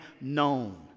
known